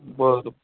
बरं